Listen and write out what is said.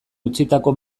utzitako